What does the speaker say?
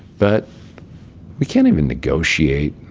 but we can't even negotiate